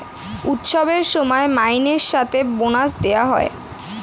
উৎসবের সময় মাইনের সাথে বোনাস দেওয়া হয়